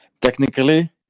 technically